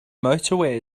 motorway